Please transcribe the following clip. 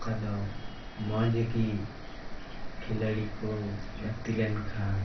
ᱚᱠᱟᱫᱚ ᱢᱚᱡᱽ ᱜᱮ ᱠᱷᱤᱞᱟᱹᱲᱤ ᱠᱚ ᱜᱟᱛᱮ ᱞᱮᱱᱠᱷᱟᱱ